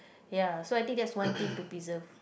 ya so I think that's one thing to preserve